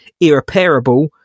irreparable